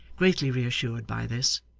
greatly reassured by this.